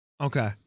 okay